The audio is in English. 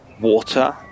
water